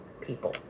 people